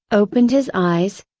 opened his eyes,